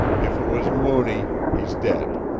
if it was mooney, he's dead.